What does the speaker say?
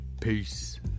Peace